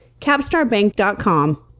CapstarBank.com